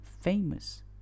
famous